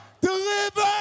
deliver